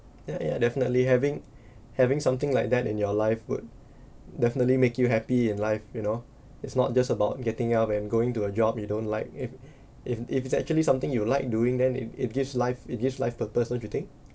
ya ya definitely having having something like that in your life would definitely make you happy in life you know it's not just about getting up and going to a job you don't like if if if it's actually something you like doing then it it gives life it gives life purpose don't you think